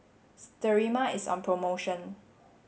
Sterimar is on promotion